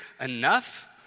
enough